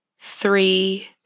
three